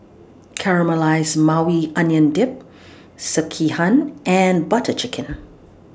Caramelized Maui Onion Dip Sekihan and Butter Chicken